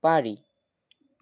বাড়ি